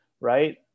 right